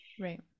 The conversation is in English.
Right